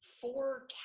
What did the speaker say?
Four